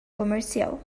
comercial